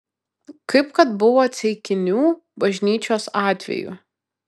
kaip kad buvo ceikinių bažnyčios atveju